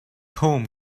home